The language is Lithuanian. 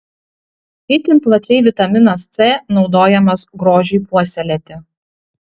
itin plačiai vitaminas c naudojamas grožiui puoselėti